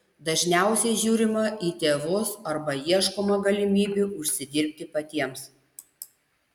dažniausiai žiūrima į tėvus arba ieškoma galimybių užsidirbti patiems